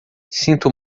sinto